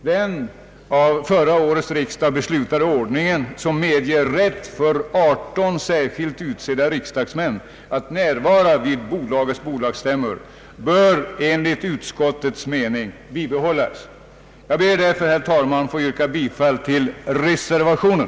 Den av förra årets riksdag beslutade ordningen, som medger rätt för 18 särskilt utsedda riksdagsmän att närvara vid förvaltningsföretagets bolagsstämmor, bör enligt reservanternas mening bibehållas. Jag ber därför, herr talman, att få yrka bifall till reservationen.